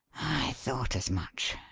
thought as much,